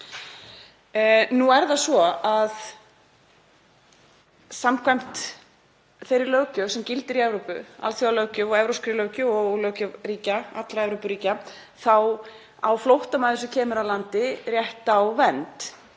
Nú er það svo að samkvæmt þeirri löggjöf sem gildir í Evrópu, alþjóðalöggjöf, evrópskri löggjöf og löggjöf allra Evrópuríkja, á flóttamaður sem kemur að landi rétt á vernd.